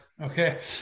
Okay